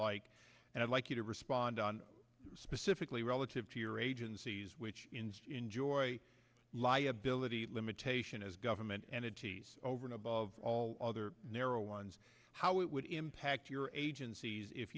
like and i'd like you to respond on specifically relative to your agencies which enjoy liability limitation as government entities over and above all other narrow ones how it would impact your agencies if